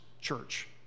church